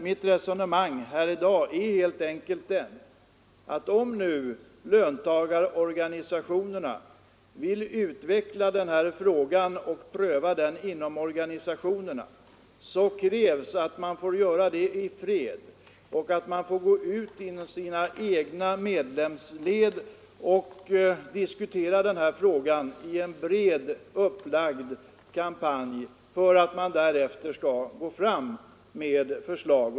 Mitt resonemang i dag grundar sig på åsikten att om löntagarorganisationerna vill pröva den här frågan inom organisationerna måste de få göra det i fred. De bör få diskutera frågan inom sina egna medlemsled i en brett upplagd kampanj för att därefter lägga fram förslag.